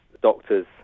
doctors